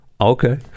Okay